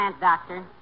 doctor